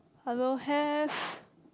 I will have